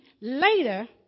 later